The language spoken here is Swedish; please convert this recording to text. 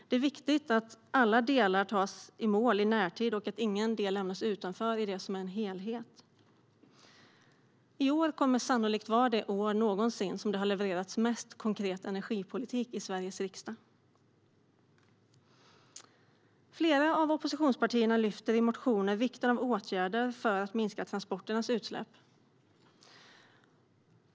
Det är viktigt att alla delar tas i mål i närtid och att ingen del lämnas utanför i det som är en helhet. År 2017 kommer sannolikt att vara det år som det har levererats mest konkret energipolitik någonsin i Sveriges riksdag någonsin. Flera av oppositionspartierna framhåller i motioner vikten av åtgärder för att minska transporternas utsläpp.